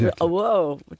whoa